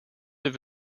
have